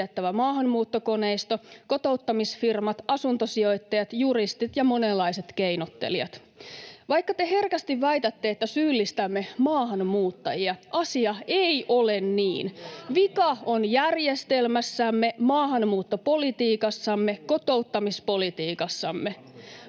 maahanmuuttokoneisto, kotouttamisfirmat, asuntosijoittajat, juristit ja monenlaiset keinottelijat. Vaikka te herkästi väitätte, että syyllistämme maahanmuuttajia, [Vasemmalta: Niinhän te teette!] asia ei ole niin. Vika on järjestelmässämme, maahanmuuttopolitiikassamme, kotouttamispolitiikassamme.